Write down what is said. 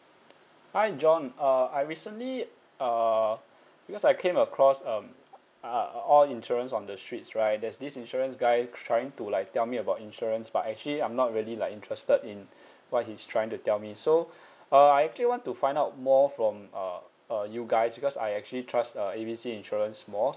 hi john uh I recently uh because I came across um uh all insurance on the streets right there's this insurance guy trying to like tell me about insurance but actually I'm not really like interested in what he's trying to tell me so uh I actually want to find out more from uh uh you guys because I actually trust uh A B C insurance more